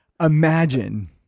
Imagine